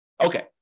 Okay